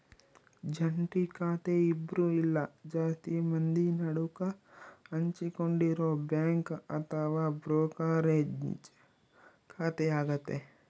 ಜಂಟಿ ಖಾತೆ ಇಬ್ರು ಇಲ್ಲ ಜಾಸ್ತಿ ಮಂದಿ ನಡುಕ ಹಂಚಿಕೊಂಡಿರೊ ಬ್ಯಾಂಕ್ ಅಥವಾ ಬ್ರೋಕರೇಜ್ ಖಾತೆಯಾಗತೆ